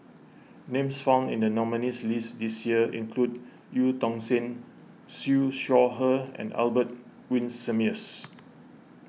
names found in the nominees' list this year include Eu Tong Sen Siew Shaw Her and Albert Winsemius